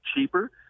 cheaper